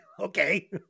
Okay